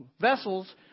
vessels